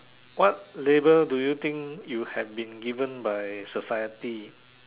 what label do you think you have been given by society